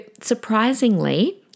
surprisingly